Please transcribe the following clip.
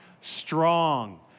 strong